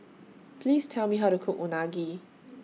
Please Tell Me How to Cook Unagi